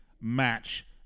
match